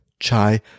Chai